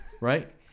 Right